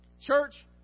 Church